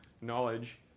knowledge